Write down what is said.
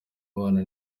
abana